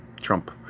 Trump